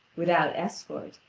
without escort,